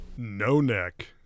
No-neck